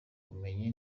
ubumenyi